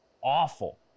awful